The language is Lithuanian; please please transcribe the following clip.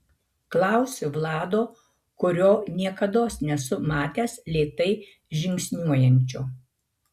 klausiu vlado kurio niekados nesu matęs lėtai žingsniuojančio